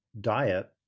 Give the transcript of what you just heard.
diet